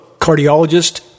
cardiologist